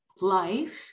life